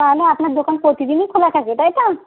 তাহলে আপনার দোকান প্রতিদিনই খোলা থাকে তাই তো